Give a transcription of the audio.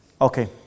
Okay